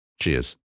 Cheers